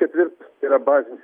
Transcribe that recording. ketvirtas tai yra bazinis